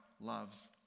loves